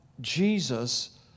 Jesus